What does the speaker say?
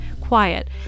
quiet